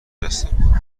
هستم